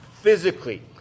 physically